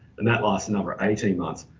and that lasts another eighteen months.